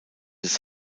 des